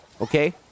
Okay